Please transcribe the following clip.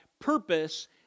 purpose